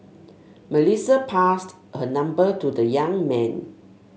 Melissa passed her number to the young man